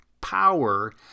power